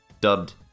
dubbed